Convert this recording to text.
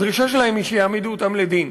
הדרישה שלהם היא שיעמידו אותם לדין.